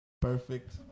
Perfect